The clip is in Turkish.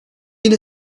yine